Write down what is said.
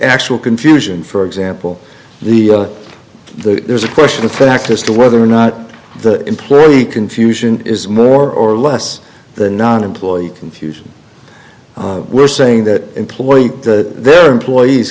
actual confusion for example the the there's a question of fact as to whether or not the employee confusion is more or less the non employee confusion we're saying that employing that their employees